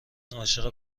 عاشق